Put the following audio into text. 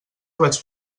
vaig